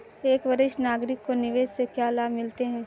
एक वरिष्ठ नागरिक को निवेश से क्या लाभ मिलते हैं?